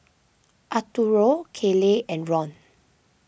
Arturo Kaley and Ron